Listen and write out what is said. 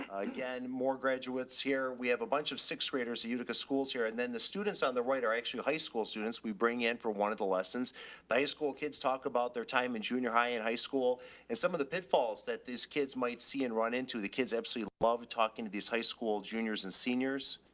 again, more graduates here. we have a bunch of sixth graders, a utica schools here, and then the students on right are actually high school students. we bring in for one of the lessons by a school, kids talk about their time in junior high and high school and some of the pitfalls that these kids might see and run into. the kids. absolutely love talking to these high school juniors and seniors.